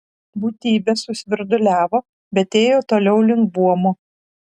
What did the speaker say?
būtybė susvirduliavo bet ėjo toliau link buomo